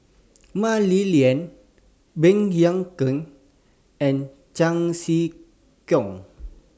Mah Li Lian Baey Yam Keng and Chan Sek Keong